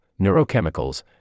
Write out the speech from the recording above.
neurochemicals